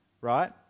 Right